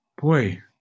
Boy